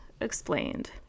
explained